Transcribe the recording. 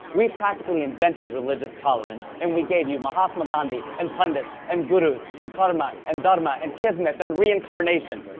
we practically invented religious tolerance. and we gave you mahatma gandhi and pundits and gurus and karma and dharma and kismet and reincarnation.